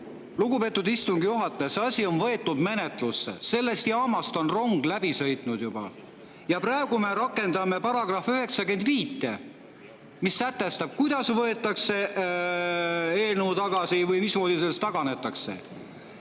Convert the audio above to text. Lugupeetud istungi juhataja! See asi on võetud menetlusse, sellest jaamast on rong juba läbi sõitnud. Praegu me rakendame § 95, mis sätestab, kuidas võetakse eelnõu tagasi või mismoodi sellest taganetakse.